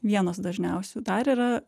vienas dažniausių dar yra